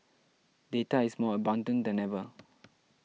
data is more abundant than ever